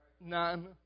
None